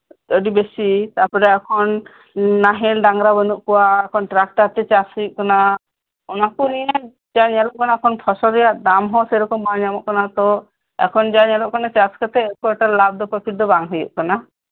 ᱟᱹᱰᱤ ᱵᱮᱥᱤ ᱛᱟᱨᱯᱚᱨᱮ ᱮᱠᱠᱷᱚᱱ ᱱᱟᱦᱮᱞ ᱰᱟᱝᱨᱟ ᱵᱟᱹᱱᱩᱜ ᱠᱚᱣᱟ ᱴᱨᱟᱠᱴᱟᱨᱛᱮ ᱪᱟᱥ ᱦᱩᱭᱩᱜ ᱠᱟᱱᱟ ᱚᱱᱟ ᱠᱚ ᱱᱤᱭᱮ ᱡᱟ ᱧᱮᱞᱚᱜ ᱠᱟᱱᱟ ᱯᱷᱚᱥᱚᱞ ᱨᱮᱭᱟᱜ ᱫᱟᱢ ᱦᱚᱸ ᱥᱮᱭᱨᱚᱠᱚᱢ ᱵᱟᱝ ᱧᱮᱞᱚᱜ ᱠᱟᱱᱟ ᱛᱳ ᱮᱠᱷᱚᱱ ᱡᱟ ᱧᱮᱞᱚᱜ ᱠᱟᱱᱟ ᱪᱟᱥ ᱠᱟᱛᱮᱜ ᱠᱷᱚᱵ ᱮᱠᱴᱟ ᱞᱟᱵ ᱫᱚ ᱯᱨᱚᱯᱷᱤᱴ ᱫᱚ ᱵᱟᱝ ᱦᱩᱭᱩᱜ ᱠᱟᱱᱟ